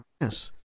Yes